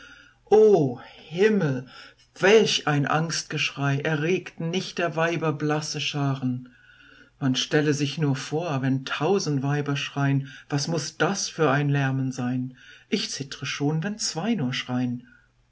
o himmel welch ein angstgeschrei erregten nicht der weiber blasse scharen man stelle sich nur vor wenn tausend weiber schrein was muß das für ein lärmen sein ich zittre schon wenn zwei nur schrein